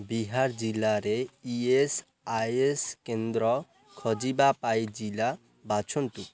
ବିହାର ଜିଲ୍ଲାରେ E S I ସ କେନ୍ଦ୍ର ଖୋଜିବା ପାଇଁ ଜିଲ୍ଲା ବାଛନ୍ତୁ